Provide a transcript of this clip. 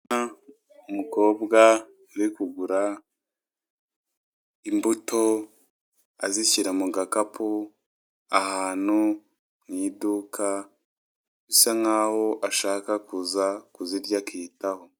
Umukobwa uri kugura imbuto, azishyira mu gakapu, ahantu mu iduka, bisa naho Ari buze kuza kuzirya akiyitaho.